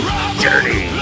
Journey